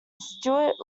stewart